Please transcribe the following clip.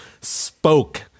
spoke